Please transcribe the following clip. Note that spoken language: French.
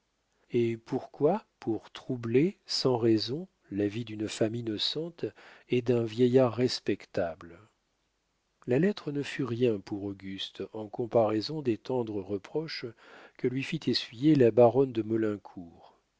et pourquoi pour troubler sans raison la vie d'une femme innocente et d'un vieillard respectable la lettre ne fut rien pour auguste en comparaison des tendres reproches que lui fit essuyer la baronne de maulincour